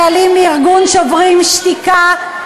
בו חיילים מארגון "שוברים שתיקה",